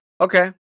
Okay